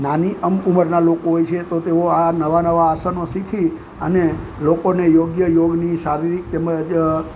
નાની અમુક ઉંમરના લોકો હોય છે તો તેઓ આ નવા નવા આસનો શીખી અને લોકોને યોગ્ય યોગની શારીરિક તેમજ